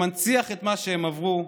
שמנציח את מה שהם עברו,